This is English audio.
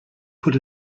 put